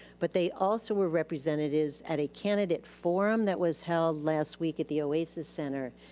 but they also were representatives at a candidate forum that was held last week at the oasis center.